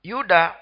Yuda